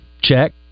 Check